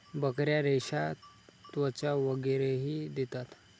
बकऱ्या रेशा, त्वचा वगैरेही देतात